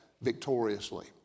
victoriously